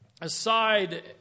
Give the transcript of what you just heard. aside